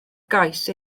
gais